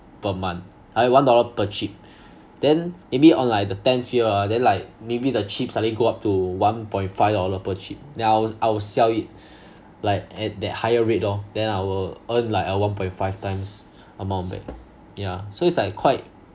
per month I one dollar per chip then maybe on like the tenth year ah then like maybe the chip suddenly go up to one point five dollar per chip then I will I will sell it like at that higher rate lor then I will earn like a one point five times amount back yeah so it's like quite